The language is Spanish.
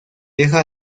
deja